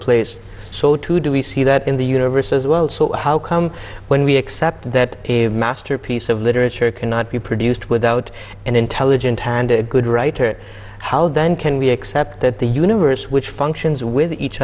place so too do we see that in the universe as well so how come when we accept that masterpiece of literature cannot be produced without an intelligent hand a good writer how then can we accept that the universe which functions with each